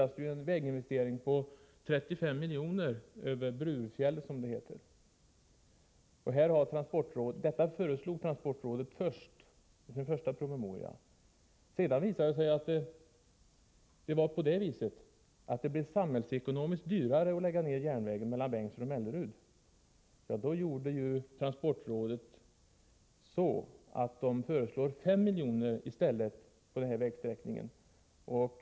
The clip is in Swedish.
Det kräver en investering på över 35 milj.kr. på vägen över Brurefjäll, som det heter. Detta föreslog transportrådet i sin första promemoria. Sedan visade det sig att det samhällsekonomiskt sett skulle bli dyrare att lägga ner järnvägen mellan Bengtsfors och Mellerud. Då föreslog transportrådet i stället 5 milj.kr. för vägsträckan i fråga.